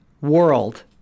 world